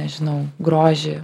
nežinau grožį